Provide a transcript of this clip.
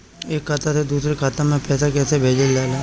एक खाता से दुसरे खाता मे पैसा कैसे भेजल जाला?